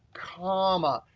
comma.